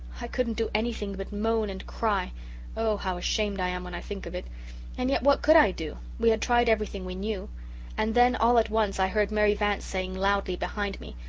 i couldn't do anything but moan and cry oh, how ashamed i am when i think of it and yet what could i do we had tried everything we knew and then all at once i heard mary vance saying loudly behind me,